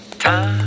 Time